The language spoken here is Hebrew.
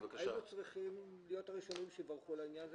היינו צריכים להיות הראשונים שיברכו על העניין הזה